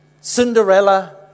Cinderella